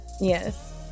Yes